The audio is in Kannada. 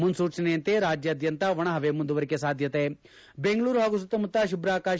ಮುನ್ನೂಚನೆಯಂತೆ ರಾಜ್ಯಾದ್ಯಂತ ಒಣ ಹವೆ ಮುಂದುವರಿಕೆ ಸಾಧ್ಯತೆ ಬೆಂಗಳೂರು ಹಾಗೂ ಸುತ್ತಮುತ್ತ ಶುಭ್ರ ಆಕಾಶ